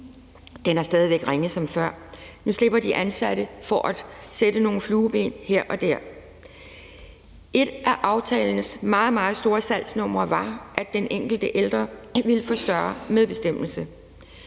væk lige så ringe som før. Nu slipper de ansatte for at sætte nogle flueben her og der. Et af aftalens meget, meget store salgsnumre var, at den enkelte ældre ville få større medbestemmelse.